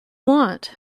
want